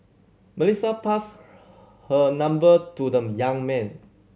Melissa passed her number to the young man